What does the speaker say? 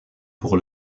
pour